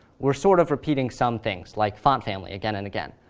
we're sort of repeating some things, like font family, again and again.